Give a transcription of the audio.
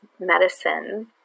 medicine